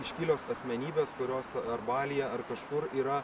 iškilios asmenybės kurios ar balyje ar kažkur yra